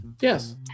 Yes